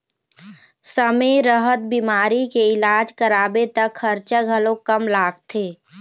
समे रहत बिमारी के इलाज कराबे त खरचा घलोक कम लागथे